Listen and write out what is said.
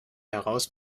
heraus